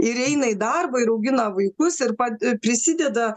ir eina į darbą ir augina vaikus ir pat prisideda